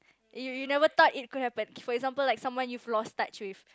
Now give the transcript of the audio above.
you you never thought it could happen for example like someone you've lost touch with